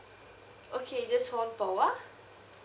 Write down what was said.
okay just hold on for awhile